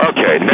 Okay